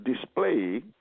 display